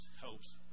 helps